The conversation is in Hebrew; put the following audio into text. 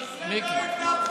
אני אזכיר לך,